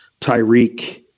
Tyreek –